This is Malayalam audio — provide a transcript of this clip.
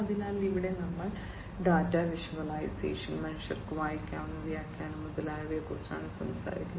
അതിനാൽ ഇവിടെ നമ്മൾ ഡാറ്റ വിഷ്വലൈസേഷൻ മനുഷ്യർക്ക് വായിക്കാവുന്ന വ്യാഖ്യാനം മുതലായവയെക്കുറിച്ചാണ് സംസാരിക്കുന്നത്